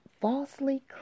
falsely